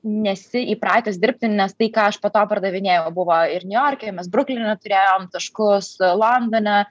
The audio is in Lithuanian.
nesi įpratęs dirbti nes tai ką aš po to pardavinėjau buvo ir niujorke mes brukline turėjom taškus londone